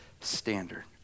standard